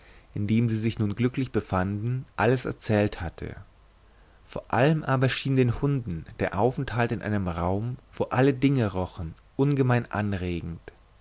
in dem sie sich nun glücklich befanden alles erzählt hatte vor allem aber schien den hunden der aufenthalt in einem raum wo alle dinge rochen ungemein anregend